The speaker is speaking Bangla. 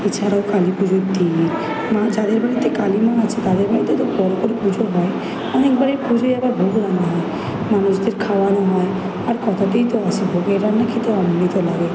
এছাড়াও কালী পুজোর দিন মা যাদের বাড়িতে কালী মা আছে তাদের বাড়িতে তো বড় করে পুজো হয় অনেক বাড়ির পুজোয় আবার ভোগ রান্না হয় মানুষদের খাওয়ানো হয় আর কথাতেই তো আছে ভোগের রান্না খেতে অমৃত লাগে